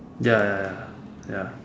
ya ya ya ya